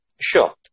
Sure